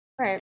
right